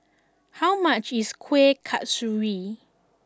how much is Kuih Kasturi